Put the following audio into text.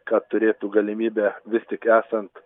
kad turėtų galimybę vis tik esant